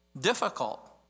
difficult